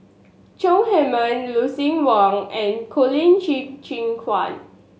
Chong Heman Lucien Wang and Colin Qi Zhe Quan